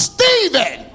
Stephen